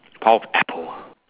power of apple ah